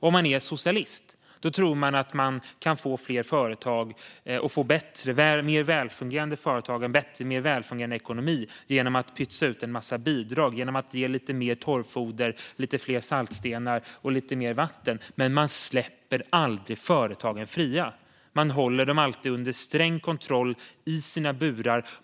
Om man är socialist tror man att man kan få fler och mer välfungerande företag och en bättre och mer välfungerande ekonomi genom att pytsa ut en massa bidrag - genom att ge lite mer torrfoder, lite fler saltstenar och lite mer vatten. Men man släpper aldrig företagen fria, utan man håller dem alltid under sträng kontroll i deras burar.